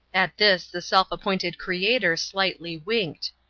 at this the self-appointed creator slightly winked.